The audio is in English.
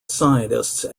scientists